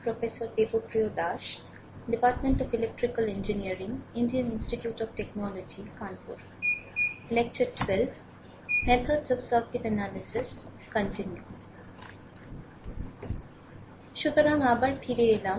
সুতরাং আবার ফিরে এলাম